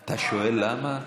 אתה שואל למה?